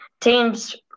teams